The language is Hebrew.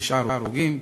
309 הרוגים,